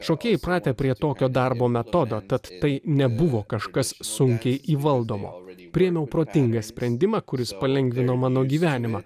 šokėjai įpratę prie tokio darbo metodo tad tai nebuvo kažkas sunkiai įvaldoma priėmiau protingą sprendimą kuris palengvino mano gyvenimą